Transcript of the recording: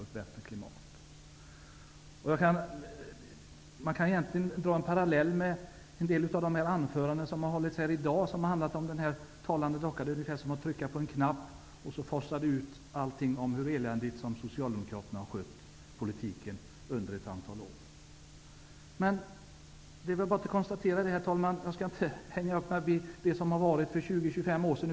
Det går att dra en parallell med de anföranden som har hållits i dag och den talande dockan. Det är som att trycka på en knapp -- så forsar allt ut om hur eländigt Socialdemokraterna har skött politiken under ett antal år. Herr talman! Jag skall inte hänga upp mig vid det som hände för 20--25 år sedan.